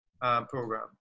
program